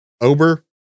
Ober